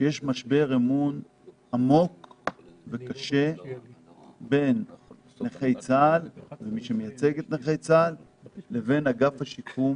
שיש משבר אמון עמוק וקשה בין נכי צה"ל ומי שמייצג אותם לבין אגף השיקום